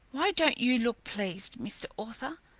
why don't you look pleased, mr. author?